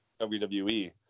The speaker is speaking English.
WWE